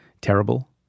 terrible